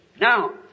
Now